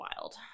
wild